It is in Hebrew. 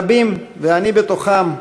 רבים, ואני בתוכם,